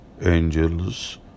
angels